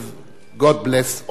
God bless all of you.